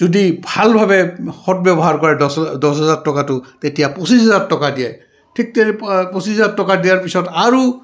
যদি ভালভাৱে সৎ ব্যৱহাৰ কৰে দহ হেজাৰ টকাটো তেতিয়া পঁচিছ হাজাৰ টকা দিয়ে ঠিক তেনেকৈ পঁচিছ হাজাৰ টকা দিয়াৰ পিছত আৰু